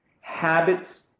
habits